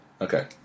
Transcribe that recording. Okay